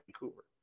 vancouver